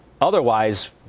otherwise